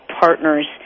partners